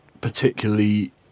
particularly